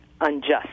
unjust